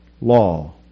law